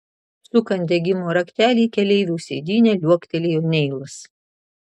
sukant degimo raktelį į keleivio sėdynę liuoktelėjo neilas